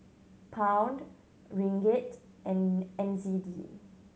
Pound Ringgit and N Z D